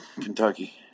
Kentucky